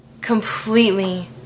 completely